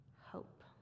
hope